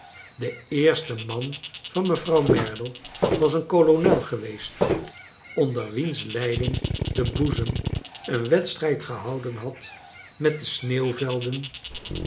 de eerste man van mevrouw merdle was een kolonel geweest onder wiens leiding de boezem een wedstrijd gehouden had met de